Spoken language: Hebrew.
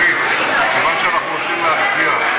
אדוני, כיוון שאנחנו רוצים להצביע,